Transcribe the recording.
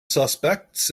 suspects